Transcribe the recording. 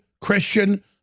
Christian